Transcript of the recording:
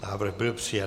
Návrh byl přijat.